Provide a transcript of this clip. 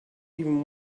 even